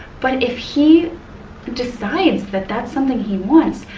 but if he decides that that's something he wants,